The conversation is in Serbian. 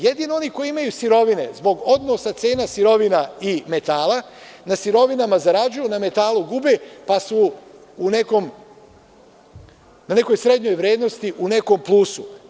Jedino oni koji imaju sirovine zbog odnosa cena sirovina i metala, na sirovinama zarađuju, na metalu gube, pa su na nekoj srednjoj vrednosti u nekom plusu.